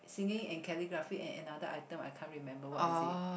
singing and calligraphy and another item I can't remember what is it